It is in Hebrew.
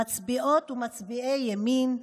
מצביעות ומצביעי ימין,